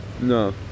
No